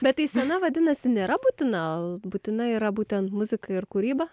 bet tei scena vadinasi nėra būtina būtina yra būtent muzika ir kūryba